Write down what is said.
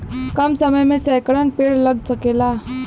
कम समय मे सैकड़न पेड़ लग सकेला